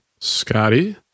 Scotty